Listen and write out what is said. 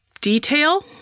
detail